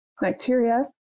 bacteria